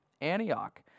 Antioch